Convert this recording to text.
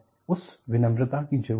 उस विनम्रता की जरूरत है